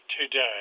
today